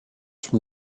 from